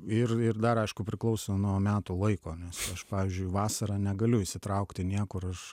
ir ir dar aišku priklauso nuo metų laiko nes pavyzdžiui vasarą negaliu įsitraukti niekur aš